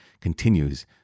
continues